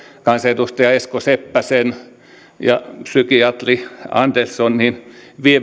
kansanedustaja esko seppäsen ja psykiatri anderssonin